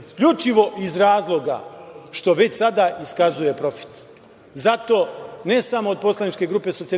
isključivo iz razloga što već sada iskazuje profit. Zato, ne samo od poslaničke grupe SPS